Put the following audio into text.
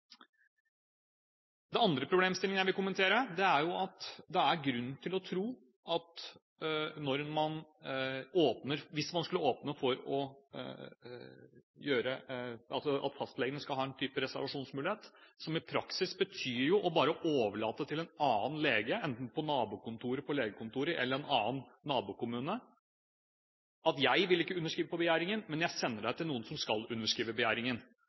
er grunn til å tro at hvis man skulle åpne for at fastlegene skal ha en type reservasjonsmulighet, vil det i praksis bare bety å overlate det til en annen lege, enten på nabokontoret på legekontoret eller i en nabokommune, og si at jeg vil ikke underskrive begjæringen, men jeg sender deg til noen som skal underskrive.